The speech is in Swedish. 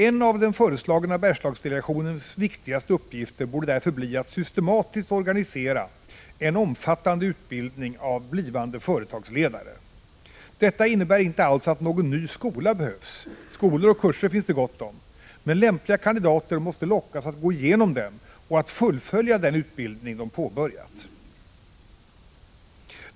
En av den föreslagna Bergslagsdelegationens viktigaste uppgifter borde därför bli att systematiskt organisera en omfattande utbildning av blivande företagsledare. Detta innebär inte alls att någon ny skola behövs — skolor och kurser finns det gott om! Men lämpliga kandidater måste lockas att gå igenom dem, och att fullfölja den utbildning de påbörjat.